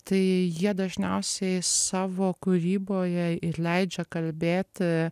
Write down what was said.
tai jie dažniausiai savo kūryboje ir leidžia kalbėti